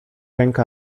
ręka